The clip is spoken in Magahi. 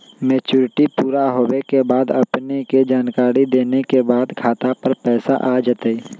मैच्युरिटी पुरा होवे के बाद अपने के जानकारी देने के बाद खाता पर पैसा आ जतई?